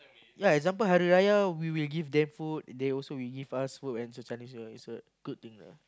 yea example Hari-Raya we will give them food they also will give us food when the Chinese New Year it's a good thing lah